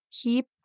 keep